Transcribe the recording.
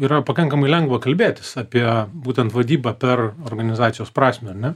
yra pakankamai lengva kalbėtis apie būtent vadybą per organizacijos prasmę ar ne